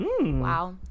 wow